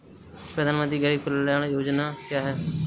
प्रधानमंत्री गरीब कल्याण योजना क्या है?